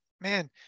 man